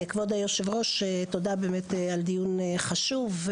כבוד היו"ר, תודה על דיון חשוב.